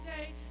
today